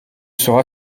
sera